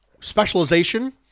specialization